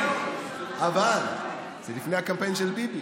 אבל זה לפני הקמפיין של ביבי.